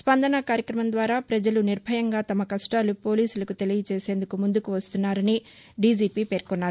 స్పందన కార్యక్రమం ద్వారా ప్రజలు నిర్భయంగా తమ కష్టాలు పోలీసులకు తెలియజేసేందుకు ముందుకు వస్తున్నారని దీజీపీ పేర్కొన్నారు